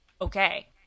okay